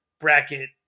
bracket